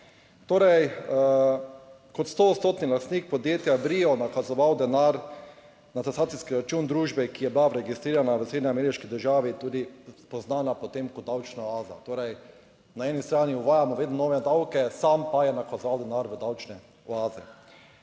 torej kot stoodstotni lastnik podjetja Brio nakazoval denar na transakcijski račun družbe, ki je bila registrirana v srednjeameriški državi, tudi poznana po tem kot davčna oaza. Torej na eni strani uvajamo vedno nove davke, sam pa je nakazoval denar v davčne oaze.